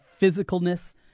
physicalness